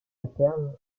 alternent